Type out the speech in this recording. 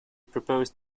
proposed